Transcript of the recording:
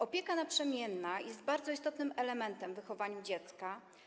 Opieka naprzemienna jest bardzo istotnym elementem w wychowaniu dziecka.